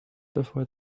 before